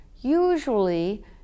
Usually